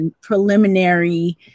preliminary